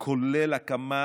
שכולל הקמה